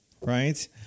right